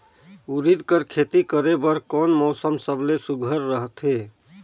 उरीद कर खेती करे बर कोन मौसम सबले सुघ्घर रहथे?